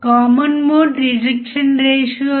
input వద్ద voltage ఎంత